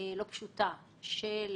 אתם לא פניתם לשר הכלכלה על פי סעיף 26(ג).